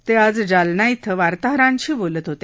ते आज जालना इथं वार्ताहरांशी बोलत होते